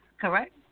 correct